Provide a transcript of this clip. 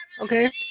Okay